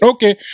Okay